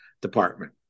department